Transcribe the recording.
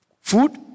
Food